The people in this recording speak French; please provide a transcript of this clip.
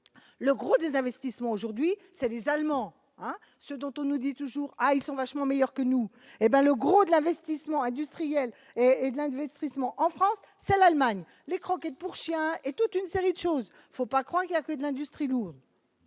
le gros des investissements, aujourd'hui c'est les Allemands, ce dont on nous dit toujours : ah, ils sont vachement meilleurs que nous, hé ben le gros de la veste seulement industriel et d'investissements en France, c'est l'Allemagne, les croquettes pour chien et toute une série de choses, faut pas croire, il y a peu d'industrie lourde.